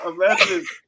Imagine